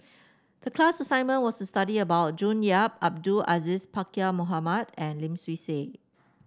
the class assignment was to study about June Yap Abdul Aziz Pakkeer Mohamed and Lim Swee Say